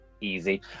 easy